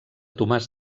tomàs